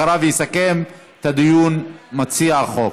אחריו יסכם את הדיון מציע החוק.